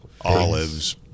olives